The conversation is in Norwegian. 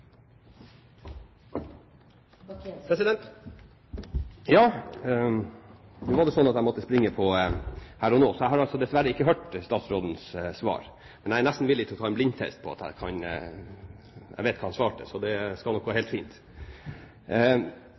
det slik at jeg måtte springe til Her og nå, så jeg har dessverre ikke hørt statsrådens svar. Men jeg er nesten villig til å ta en blindtest på at jeg vet hva han svarte, så det skal nok gå helt fint!